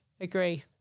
Agree